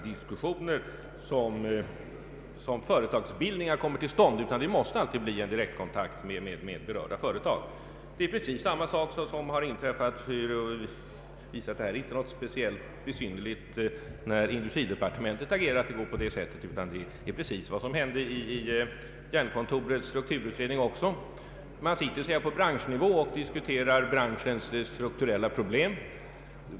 Det måste alltid ske i direktkontakt med berörda företag. När industridepartementet har agerat på det här sättet är det inte alls någon speciell företeelse, utan det gjorde man också i Jernkontorets strukturutredning. Man diskuterar så att säga på branschnivå branschens strukturella problem.